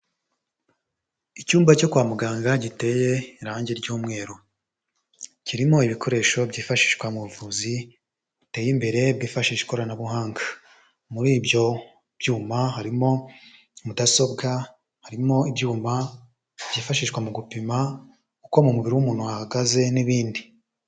Icyumba cyo kwa muganga giteye irangi ry'umweru, kirimo ibikoresho byifashishwa mu buvuzi buteye imbere bwifashisha ikoranabuhanga, muri ibyo byuma harimo mudasobwa, harimo ibyuma byifashishwa mu gupima uko mu mubiri w'umuntu hahagaze n'ibindi.